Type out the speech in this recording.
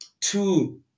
two